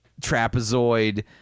trapezoid